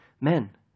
men